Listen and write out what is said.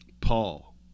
Paul